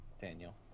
Daniel